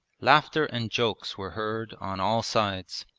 laughter and jokes were heard on all sides.